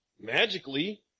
magically